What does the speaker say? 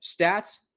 stats